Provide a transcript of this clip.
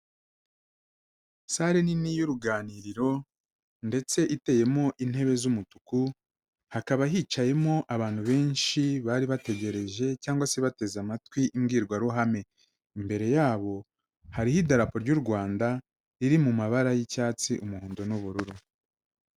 Sale nini y'uruganiriro ndetse iteyemo intebe z'umutuku, hakaba hicayemo abantu benshi bari bategereje cyangwa se bateze amatwi imbwirwaruhame, imbere yabo hariho idarapo ry'u Rwanda riri mu mabara y'icyatsi umuhondo n'ubururu.